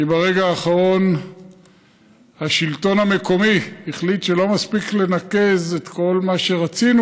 כי ברגע האחרון השלטון המקומי החליט שלא מספיק לנקז את כל מה שרצינו,